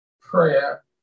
prayer